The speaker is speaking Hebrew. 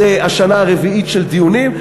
זו השנה הרביעית של הדיונים,